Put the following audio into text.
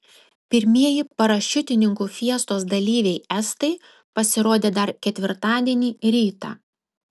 pirmieji parašiutininkų fiestos dalyviai estai pasirodė dar ketvirtadienį rytą